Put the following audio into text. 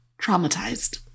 traumatized